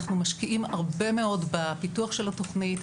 אנחנו משקיעים הרבה מאוד בפיתוח של התוכנית,